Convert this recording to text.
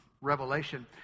revelation